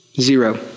Zero